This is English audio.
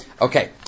Okay